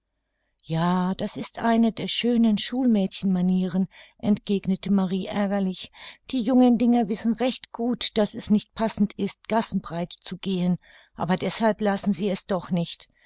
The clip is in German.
ja das ist eine der schönen schulmädchenmanieren entgegnete marie ärgerlich die jungen dinger wissen recht gut daß es nicht passend ist gassenbreit zu gehen aber deshalb lassen sie es doch nicht